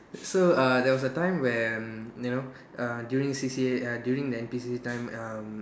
so err there was a time when you know uh during C_C_A uh during the N_P_C_C time um